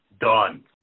done